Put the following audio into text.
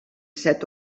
set